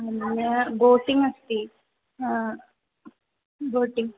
अन्य बोटिङ्ग् अस्ति बोटिङ्ग्